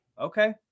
Okay